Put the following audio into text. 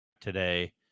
today